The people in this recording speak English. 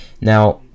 Now